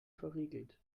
verriegelt